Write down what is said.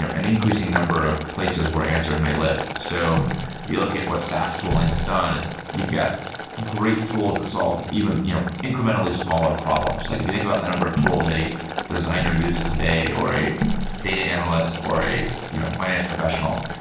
an an increasing number of places where answers may live. so if you look at what saas tooling has done, you've got great tools that solve even you know incrementally smaller problems. like if you think about the number of tools a designer uses today or a data analyst or a you know finance professional,